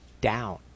down